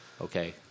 Okay